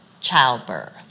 childbirth